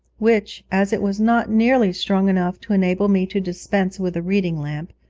which, as it was not nearly strong enough to enable me to dispense with a reading lamp,